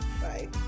Bye